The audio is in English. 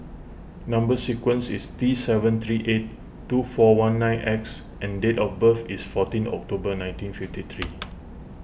Number Sequence is T seven three eight two four one nine X and date of birth is fourteen October nineteen fifty three